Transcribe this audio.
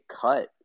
cut